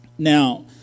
Now